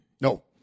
No